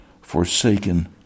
forsaken